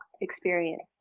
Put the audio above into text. experience